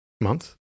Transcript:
month